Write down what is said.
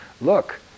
look